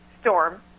Storm